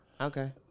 Okay